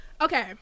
Okay